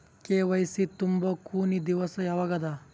KYC ತುಂಬೊ ಕೊನಿ ದಿವಸ ಯಾವಗದ?